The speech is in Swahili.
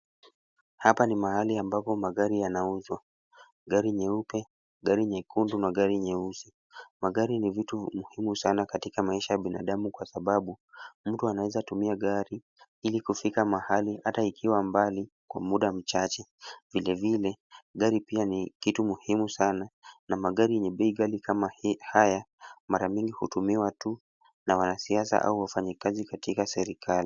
Hapa ni mahali ambapo magari yanauzwa. Gari nyeupe, gari nyekundu na gari nyeusi. Magari ni vitu muhimu sana katika maisha ya binadamu kwa sababu mtu anaweza tumia gari ili kufika mahali hata ikiwa mbali kwa muda mchache. Vilevile, gari ni kitu muhimu sana, na magari ni bei ghali kama haya mara mingi hutumiwa tu na wanasiasa au wafanyakazi katika serikali.